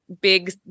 big